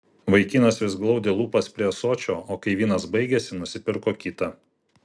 vaikinas vis glaudė lūpas prie ąsočio o kai vynas baigėsi nusipirko kitą